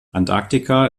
antarktika